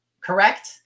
correct